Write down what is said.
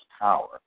power